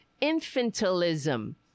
infantilism